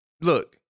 look